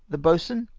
the boatswain,